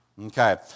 Okay